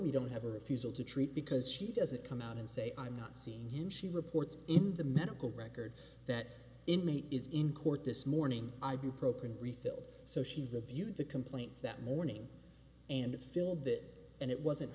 we don't have a refusal to treat because she doesn't come out and say i'm not seeing him she reports in the medical record that inmate is in court this morning ibuprofen refilled so she reviewed the complaint that morning and fill bit and it wasn't